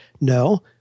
No